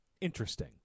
interesting